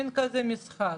מין כזה משחק.